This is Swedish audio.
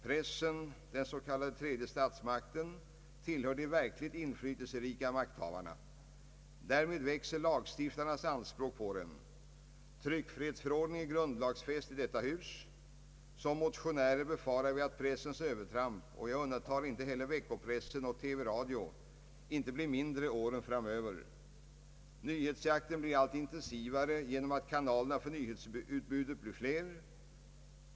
Pressen — den s.k. tredje statsmakten — tillhör de verkligt inflytelserika makthavarna. Därmed växer lagstiftarnas anspråk på den. Tryckfrihetsförordningen är grundlagsfäst i detta hus. Som motionärer befarar vi att pressens övertramp — och jag undantar inte heller veckopressen och TV-radio — inte blir mindre åren framöver. Nyhetsjakten blir allt intensivare genom att kanalerna för nyhetsutbudet blir allt fler.